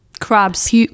crabs